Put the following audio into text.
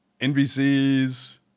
NBC's